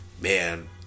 man